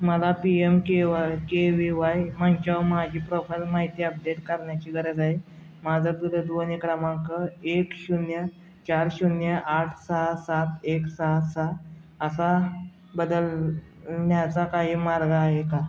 मला P M K Y K V Y मंचावर माझी प्रोफाइल माहिती आपडेट करण्याची गरज आहे माझा दूरध्वनी क्रमांक एक शून्य चार शून्य आठ सहा सात एक सहा सहा असा बदलण्याचा काही मार्ग आहे का